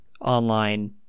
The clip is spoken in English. online